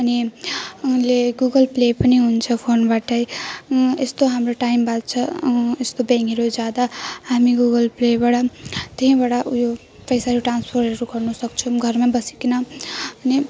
अनि अहिले Google play पनि हुन्छ फोनबाटै यस्तो हाम्रो टाइम बाँच्छ यस्तो ब्याङ्कहरू जाँदा हामी गुगल पेबाट त्यहीँबाट उयो पैसाहरू ट्रान्सफरहरू गर्नुसक्छौँ घरमा बसिकन अनि